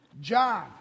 John